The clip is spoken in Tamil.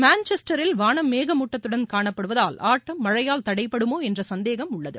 மான்செஸ்டரில் வானம் மேகமூட்டத்தடன் காணப்படுவதால் ஆட்டம் மழையால் தடைபடுமோ என்கிற சந்தேகம் உள்ளது